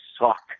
suck